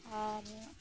ᱟᱨ